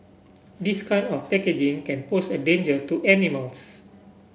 this kind of packaging can pose a danger to animals